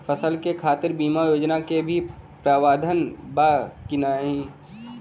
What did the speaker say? फसल के खातीर बिमा योजना क भी प्रवाधान बा की नाही?